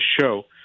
show